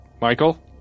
Michael